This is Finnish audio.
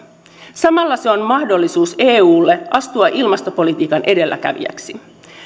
samalla se on mahdollisuus eulle astua ilmastopolitiikan edelläkävijäksi